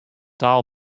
taal